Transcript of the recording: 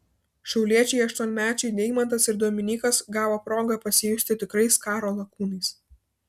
šiauliečiai aštuonmečiai deimantas ir dominykas gavo progą pasijusti tikrais karo lakūnais